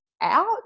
out